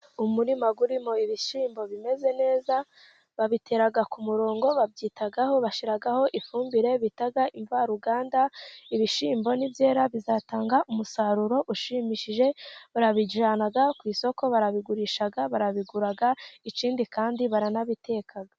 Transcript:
Umurima urimo ibishyimbo bimeze neza, babitera ku murongo, babyitaho, bashyiraho ifumbire bita imvaruganda, ibishyimbo ni byera bizatanga umusaruro ushimishije, barabijyana ku isoko, barabigurisha, barabigura, ikindi kandi baranabiteka.